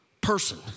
person